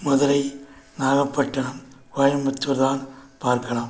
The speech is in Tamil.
மதுரை நாகப்பட்டினம் கோயம்பத்தூர் தான் பார்க்கலாம்